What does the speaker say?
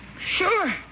Sure